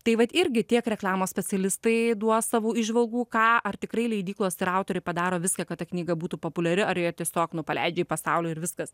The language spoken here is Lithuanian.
tai vat irgi tiek reklamos specialistai duos savo įžvalgų ką ar tikrai leidyklos ir autoriai padaro viską kad ta knyga būtų populiari ar jie tiesiog nu paleidžia į pasaulį ir viskas